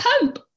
pope